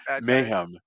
mayhem